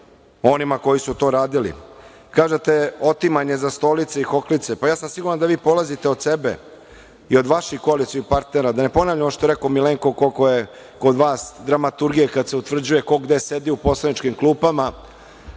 onima koji su to radili. Kažete – otimanje za stolice i hoklice, pa ja sam siguran da polazite od sebe i od vaših koalicionih partnera, da ne ponavljam ono što je rekao Milenko koliko je kod vas dramaturgije kada se utvrđuje ko gde sedi u poslaničkim klupama.